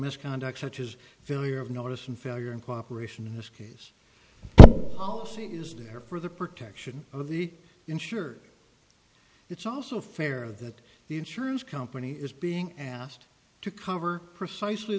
misconduct such as failure of notice and failure and cooperation in this case all see is there for the protection of the insured it's also fair that the insurance company is being asked to cover precisely